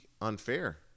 unfair